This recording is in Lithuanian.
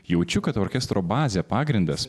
jaučiu kad orkestro bazė pagrindas